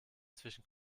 zwischen